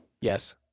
Yes